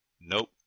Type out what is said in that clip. nope